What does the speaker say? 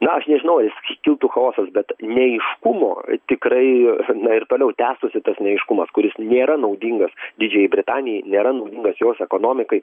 na aš nežinau ar jis kiltų chaosas bet neaiškumų tikrai na ir toliau tęstųsi tas neaiškumas kuris nėra naudingas didžiajai britanijai nėra naudingas jos ekonomikai